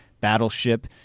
Battleship